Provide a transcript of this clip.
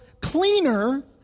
cleaner